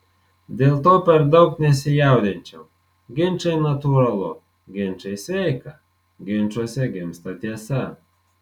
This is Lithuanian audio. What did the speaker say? dėl to per daug nesijaudinčiau ginčai natūralu ginčai sveika ginčuose gimsta tiesa